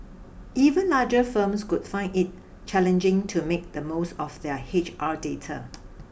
even larger firms could find it challenging to make the most of their H R data